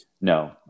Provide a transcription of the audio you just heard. no